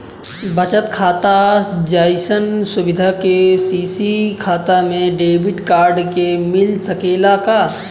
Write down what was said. बचत खाता जइसन सुविधा के.सी.सी खाता में डेबिट कार्ड के मिल सकेला का?